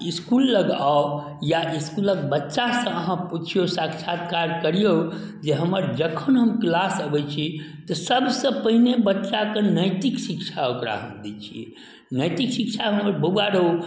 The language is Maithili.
इसकुललग आउ या इसकुलके बच्चासँ अहाँ पुछिऔ साक्षात्कार करिऔ जे हमर जखन हम किलास अबै छी तऽ सबसँ पहिने बच्चाके नैतिक शिक्षा ओकरा हम दै छिए नैतिक शिक्षा भेलै बौआ रौ